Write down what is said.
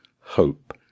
hope